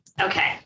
Okay